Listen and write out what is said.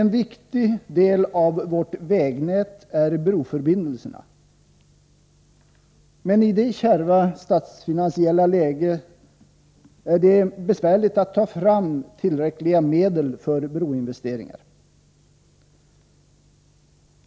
En viktig del av vårt vägnät är broförbindelserna, men i nuvarande kärva statsfinansiella läge är det besvärligt att ta fram tillräckliga medel för broinvesteringar.